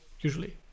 usually